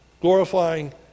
glorifying